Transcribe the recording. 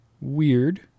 weird